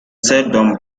seldom